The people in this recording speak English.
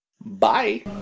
Bye